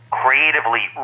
creatively